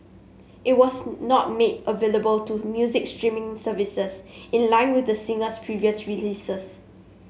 it was not made available to music streaming services in line with the singer's previous releases